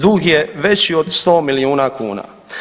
Dug je veći od sto milijuna kuna.